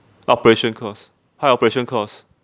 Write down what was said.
operation cost high operation cost